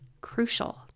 crucial